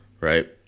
right